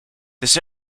this